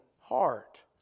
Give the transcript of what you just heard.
heart